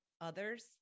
others